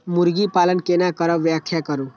मुर्गी पालन केना करब व्याख्या करु?